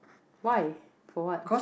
why for what